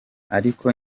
ariko